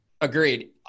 Agreed